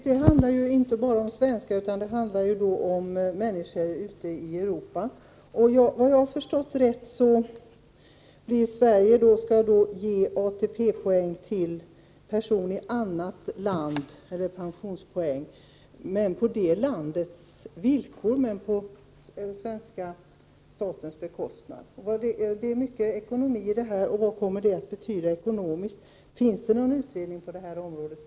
Herr talman! Det handlar inte bara om svenskar utan även om människor i andra europeiska länder. Om jag har förstått det rätt skulle vi i Sverige ge ATP-poäng till personer i annat land men på det landets villkor och på svenska statens bekostnad. Det är mycket ekonomi i det hela. Vad kommer det att betyda? Finns det någon utredning på området?